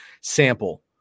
sample